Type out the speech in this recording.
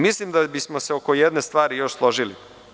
Mislim da bismo se oko jedne stvari još složiti.